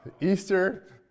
Easter